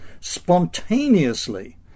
spontaneously